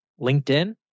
LinkedIn